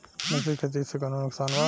मिश्रित खेती से कौनो नुकसान वा?